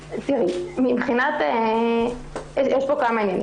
יש כאן כמה עניינים.